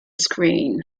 screen